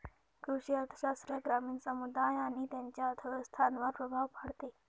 कृषी अर्थशास्त्र ग्रामीण समुदाय आणि त्यांच्या अर्थव्यवस्थांवर प्रभाव पाडते